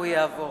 והוא יעבור.